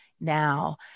now